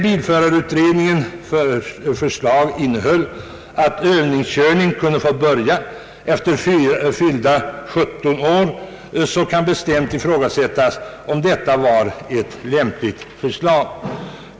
Bilförarutredningens förslag innebar att övningskörning kunde få påbörjas efter fyllda 17 år, men det kan starkt ifrågasättas om detta var ett lämpligt förslag.